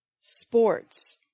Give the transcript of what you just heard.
sports